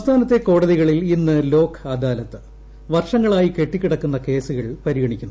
സംസ്ഥാനത്തെ കോടതിക്കളിൽ ് ഇന്ന് ലോക് അദാലത്ത് വർഷങ്ങളായി കെട്ടിക്കിടക്കുന്ന കേസ്സുകൾ പരിഗണിക്കുന്നു